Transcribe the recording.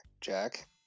Jack